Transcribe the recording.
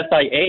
SIA